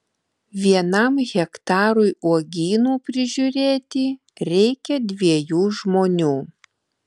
vienam hektarui uogynų prižiūrėti reikia dviejų žmonių